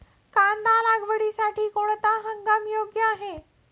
कांदा लागवडीसाठी कोणता हंगाम योग्य आहे?